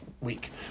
week